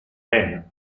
ben